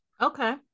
okay